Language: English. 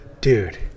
dude